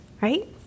right